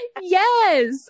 Yes